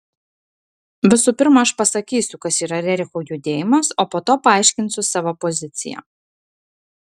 visų pirma aš pasakysiu kas yra rerichų judėjimas o po to paaiškinsiu savo poziciją